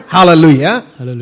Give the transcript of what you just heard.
hallelujah